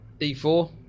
d4